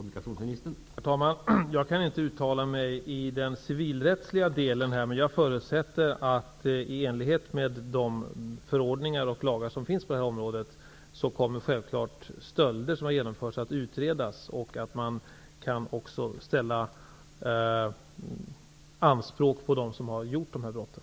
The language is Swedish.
Herr talman! Jag kan inte uttala mig i den civilrättsliga frågan. Jag förutsätter att stölder utreds i enlighet med de förordningar och lagar som finns på området och att därmed anspråk kan ställas på dem som har utfört brotten.